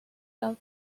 out